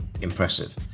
impressive